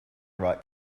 right